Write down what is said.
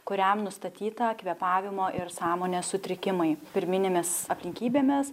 kuriam nustatyta kvėpavimo ir sąmonės sutrikimai pirminėmis aplinkybėmis